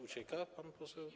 Ucieka pan poseł?